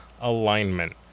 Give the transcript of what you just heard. alignment